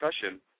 discussion